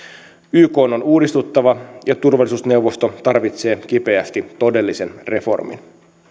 ykn on uudistuttava ja turvallisuusneuvosto tarvitsee kipeästi todellisen reformin